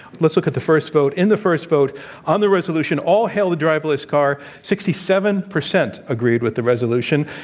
let's look at the first vote. in the first vote on the resolution all hail the driverless car, sixty seven percent agreed with the resolution,